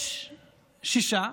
יש שישה,